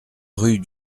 rue